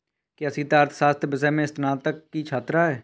क्या सीता अर्थशास्त्र विषय में स्नातक की छात्रा है?